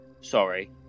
sorry